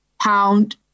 pound